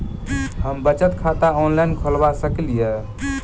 हम बचत खाता ऑनलाइन खोलबा सकलिये?